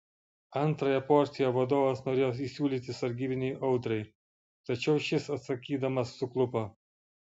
antrąją porciją vadovas norėjo įsiūlyti sargybiniui audrai tačiau šis atsakydamas suklupo